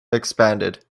expanded